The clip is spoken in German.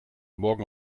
morgen